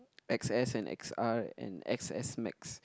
x_s and X_R and x_s-max